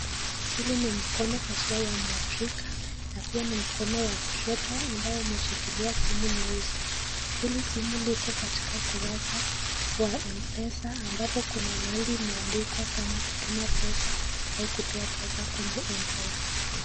Hili ni mikono haswa ya mwafrika na pia ni mkono wa kushoto ambao umeshikilia simu nyeusi. Hili simu liko katika kurasa wa mpesa ambapo kuna mahali imeandikwa kama kutuma pesa au kutoa pesa kwenye mpesa.